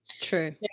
true